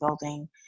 building